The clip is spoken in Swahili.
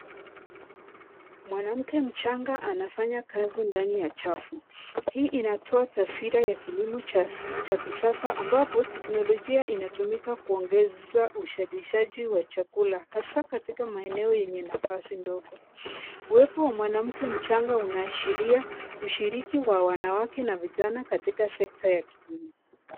Mwanamke mchanga anafanya kazi ndani ya chafu. Hii inatoa taswira ya kilimo cha kisasa ambapo teknolojia inatumika kuongeza uzalishaji wa chakula hasa katika maeneo yenye nafasi ndogo. Uwepo wa mwanamke mchanga, unaashiria ushiriki wa wanawake na vijana katika sekta ya kilimo.